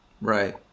right